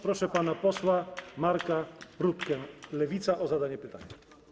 Proszę pana posła Marka Rutkę, Lewica, o zadanie pytania.